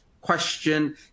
question